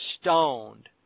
stoned